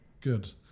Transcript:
good